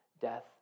death